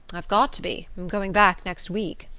i've got to be i'm going back next week.